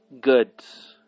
goods